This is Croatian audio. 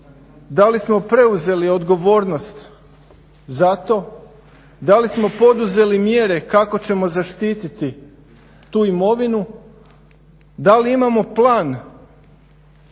da li smo preuzeli odgovornost za to, da li smo poduzeli mjere kako ćemo zaštitit tu imovinu, da li imao plan